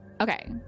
Okay